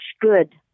good